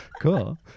Cool